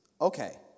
Okay